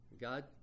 God